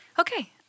okay